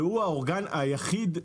והוא האורגן היחיד.